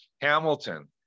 Hamilton